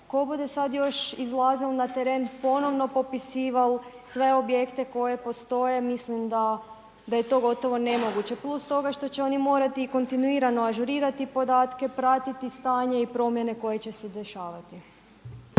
Ko bude sad još izlazio na teren ponovno popisivao sve objekte koje postoje mislim da je to gotovo nemoguće, plus toga što će oni morati kontinuirano ažurirati podatke, pratiti stanje i promjene koje će se dešavati.